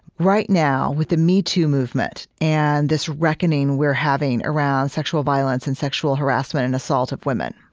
right now, with the metoo movement and this reckoning we're having around sexual violence and sexual harassment and assault of women,